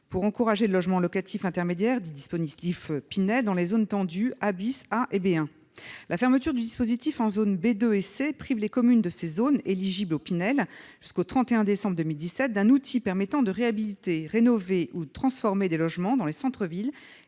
pour encourager le logement locatif intermédiaire, dit dispositif Pinel, sur les zones tendues A , A et B1. La fermeture du dispositif en zones B2 et C prive les communes de ces zones, éligibles au Pinel jusqu'au 31 décembre 2017, d'un outil permettant de réhabiliter, rénover ou transformer des logements dans les centres-villes